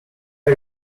are